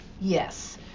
Yes